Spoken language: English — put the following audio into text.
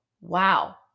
Wow